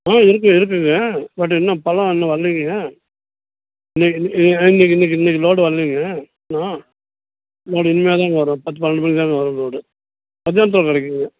ஆ இருக்குது இருக்குதுங்க பட் இன்னும் பழம் இன்னும் வரல்லைங்கங்க இன்றைக்கி இன்றைக்கி இன்றைக்கி லோடு வரல்லைங்க இன்னும் லோடு இனிமேல் தாங்க வரும் பத்து பன்னெரெண்டு மணிக்கு தாங்க வரும் லோடு மத்தியானத்துல கிடைக்குங்க